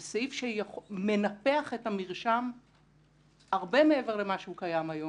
זה סעיף שמנפח את המרשם הרבה מעבר למה שהוא קיים היום